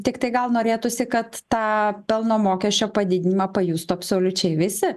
tiktai gal norėtųsi kad tą pelno mokesčio padidinimą pajustų absoliučiai visi